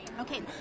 Okay